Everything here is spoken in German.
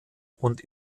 und